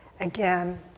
again